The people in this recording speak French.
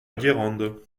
guérande